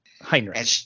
Heinrich